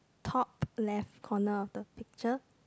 top left corner of the picture